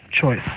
choice